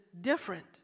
different